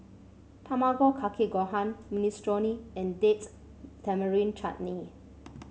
Tamago Kake Gohan Minestrone and Date Tamarind Chutney